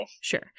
Sure